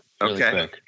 Okay